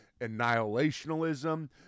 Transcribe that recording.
annihilationalism